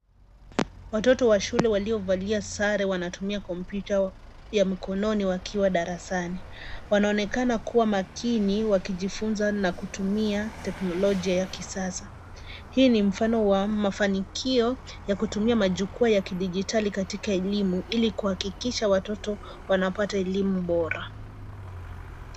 Watoto wa shule waliovalia sare wanatumia kompyuta ya mkononi wakiwa darasani. Wanaonekana kuwa makini wakijifunza na kutumia teknolojia ya kisasa. Hii ni mfano wa mafanikio ya kutumia majukwaa ya kidijitali katika elimu ili kuhakikisha watoto wanapata elimu bora.